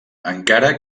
encara